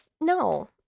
no